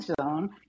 zone